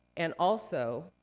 and also,